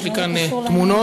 יש לי כאן תמונות,